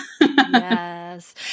Yes